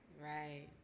Right